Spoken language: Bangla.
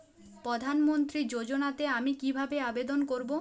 প্রধান মন্ত্রী যোজনাতে আমি কিভাবে আবেদন করবো?